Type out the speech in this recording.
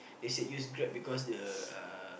they say use Grab because the uh